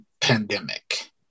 pandemic